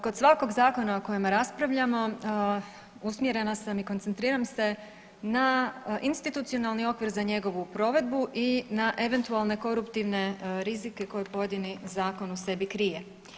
Kod svakog zakona o kojem raspravljamo usmjerena sam i koncentriram se na institucionalni okvir za njegovu provedbu i na eventualne koruptivne rizike koje pojedini zakon u sebi krije.